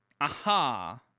Aha